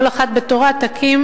כל אחת בתורה תקים,